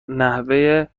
نحوه